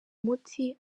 muti